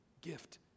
gift